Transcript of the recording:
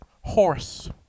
Horse